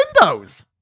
windows